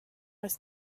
was